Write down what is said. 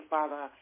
Father